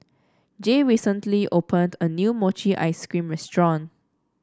Jay recently opened a new Mochi Ice Cream restaurant